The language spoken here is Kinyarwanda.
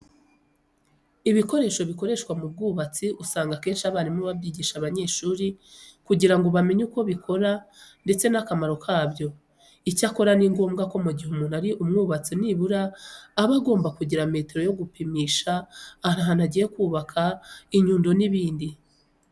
Ibikoresho bikoreshwa mu bwubatsi usanga akenshi abarimu babyigisha abanyeshuri kugira ngo bamenye uko bikora ndetse n'akamaro kabyo. Icyakora ni ngombwa ko mu gihe umuntu ari umwubatsi nibura aba agomba kugira metero yo gupimisha ahantu agiye kubaka, inyundo n'ibindi.